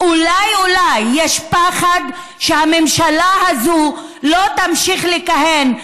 אולי, אולי, יש פחד שהממשלה הזאת לא תמשיך לכהן.